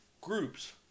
groups